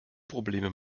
probleme